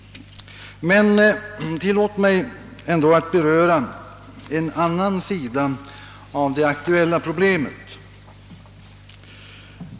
Men tillåt mig ändå att beröra också en annan sida av det aktuella problemet.